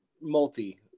multi